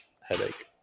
headache